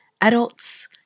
adults